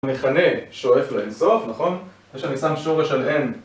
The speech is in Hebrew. המכנה שואף לאינסוף, נכון? ושאני שם שורש עליהן